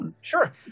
sure